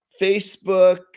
Facebook